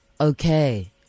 Okay